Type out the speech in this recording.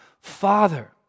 Father